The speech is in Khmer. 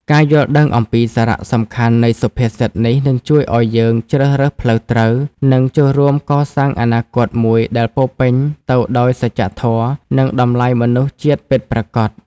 ការយល់ដឹងអំពីសារៈសំខាន់នៃសុភាសិតនេះ នឹងជួយឲ្យយើងជ្រើសរើសផ្លូវត្រូវ និងចូលរួមកសាងអនាគតមួយដែលពោរពេញទៅដោយសច្ចធម៌ និងតម្លៃមនុស្សជាតិពិតប្រាកដ។